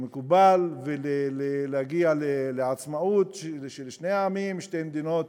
מקובל, ולהגיע לעצמאות של שני העמים, שתי מדינות